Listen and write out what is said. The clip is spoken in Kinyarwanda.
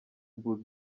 bull